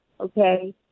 okay